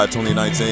2019